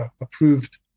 approved